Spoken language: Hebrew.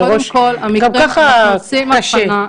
גם ככה קשה.